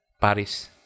Paris